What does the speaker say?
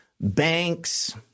banks